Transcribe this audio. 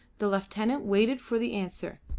the lieutenant waited for the answer,